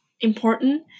important